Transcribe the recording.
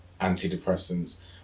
antidepressants